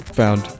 found